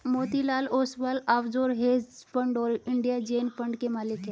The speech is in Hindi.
Motilal Oswal offshore hedge fund और इंडिया जेन फंड के मालिक हैं